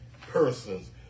persons